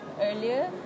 earlier